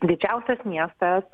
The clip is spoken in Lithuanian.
didžiausias miestas